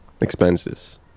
expenses